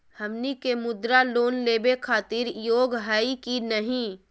हमनी के मुद्रा लोन लेवे खातीर योग्य हई की नही?